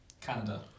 Canada